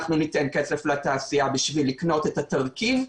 אנחנו ניתן כסף לתעשייה כדי לקנות את התרכיב.